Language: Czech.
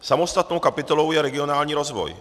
Samostatnou kapitolou je regionální rozvoj.